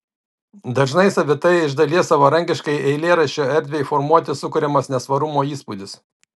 dažnai savitai iš dalies savarankiškai eilėraščio erdvei formuoti sukuriamas nesvarumo įspūdis